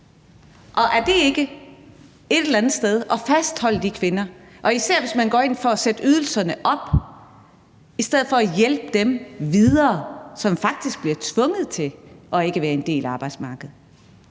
Og er det ikke et eller andet sted at fastholde de kvinder – især hvis man går ind for at sætte ydelserne op – i stedet for at hjælpe dem videre, altså dem, som faktisk bliver tvunget til ikke at være en del af arbejdsmarkedet?